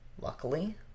Luckily